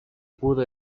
pudo